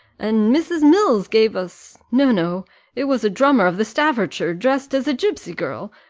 and mrs. mills gave us no, no it was a drummer of the staffordshire dressed as a gipsy girl,